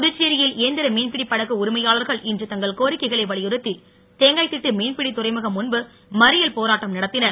புதுச்சேரியில் இயந்திர மீன்பிடி படகு உரிமையாளர்கள் இன்று தங்கள் கோரிக்கைகளை வலியுறுத்தி தேங்காய்திட்டு மீன்படி துறைமுகம் முன்பு மறியல் போராட்டம் நடத்தினர்